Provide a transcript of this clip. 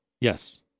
Yes